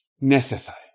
necessary